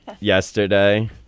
yesterday